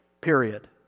Period